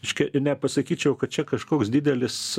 reiškia nepasakyčiau kad čia kažkoks didelis